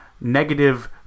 negative